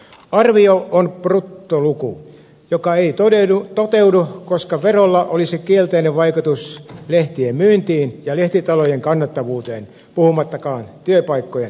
arvio on bruttoluku joka ei toteudu koska verolla olisi kielteinen vaikutus lehtien myyntiin ja lehtitalojen kannattavuuteen puhumattakaan työpaikkojen vähentämisestä